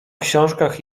książkach